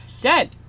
dead